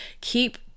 keep